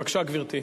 בבקשה, גברתי.